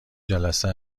جلسه